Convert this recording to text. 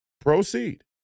Proceed